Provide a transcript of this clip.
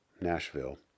Nashville